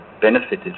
benefited